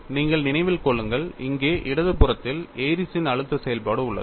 நீங்கள் நினைவில் கொள்ளுங்கள் இங்கே இடது புறத்தில் ஏரிஸ்ன் Airy's அழுத்த செயல்பாடு உள்ளது